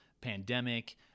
pandemic